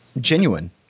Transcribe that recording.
genuine